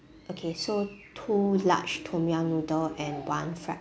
okay so two large tom yum noodle and one fried